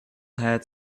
had